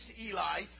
Eli